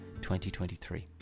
2023